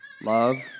Love